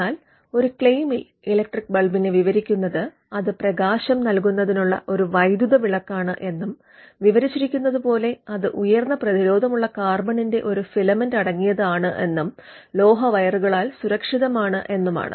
എന്നാൽ ഒരു ക്ലെയിമിൽ ഇലക്ട്രിക് ബൾബിനെ വിവരിക്കുന്നത് അത് പ്രകാശം നൽകുന്നതിനുള്ള ഒരു വൈദ്യുത വിളക്കാണ് എന്നും വിവരിച്ചിരിക്കുന്നതുപോലെ അത് ഉയർന്ന പ്രതിരോധമുള്ള കാർബണിന്റെ ഒരു ഫിലമെന്റ് അടങ്ങിയതാണ് എന്നും ലോഹ വയറുകളാൽ സുരക്ഷിതമാണ് എന്നുമാണ്